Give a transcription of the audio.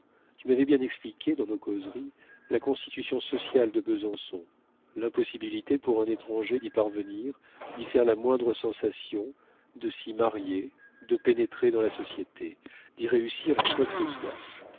tu m'avais bien expliqué dans nos causeries la constitution sociale de besançon l'impossibilité pour un étranger d'y parvenir d'y faire la moindre sensation de s'y marier de pénétrer dans la société d'y réussir en quoi que ce soit